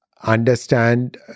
understand